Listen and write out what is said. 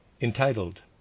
Entitled